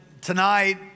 tonight